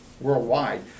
worldwide